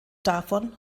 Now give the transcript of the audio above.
davon